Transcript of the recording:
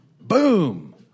Boom